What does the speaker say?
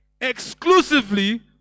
exclusively